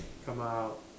come out